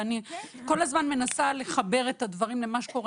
אני כל הזמן מנסה לחבר את הדברים למה שקורה